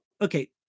Okay